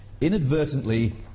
inadvertently